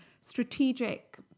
strategic